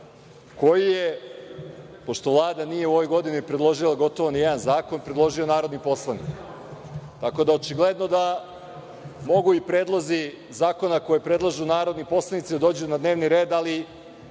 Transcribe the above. koji je, pošto Vlada nije u ovoj godini predložila gotovo nijedan zakon, predložio narodni poslanik. Očigledno da mogu i predlozi zakona koje predlažu narodni poslanici da dođu na dnevni red, ali